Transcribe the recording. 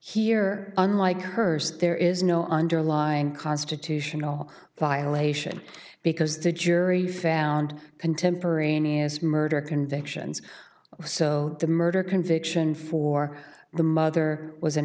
here unlike hers there is no underlying constitutional violation because the jury found contemporaneous murder convictions so the murder conviction for the mother was an